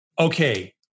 okay